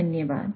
धन्यवाद